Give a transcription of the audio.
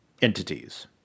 entities